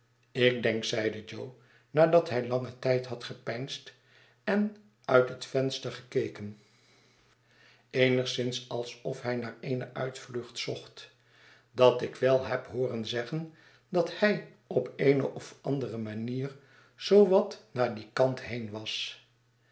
ik denk zeide jo nadat hij langen tijd had gepeinsd en uit het venster gekeken eenigszins also f hij naar eene uitvlucht zocht dat ik wel heb hooren zeggen dat hij op eene of andere manier zoo wat naar dien kant heen was